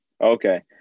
Okay